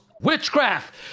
witchcraft